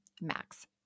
Max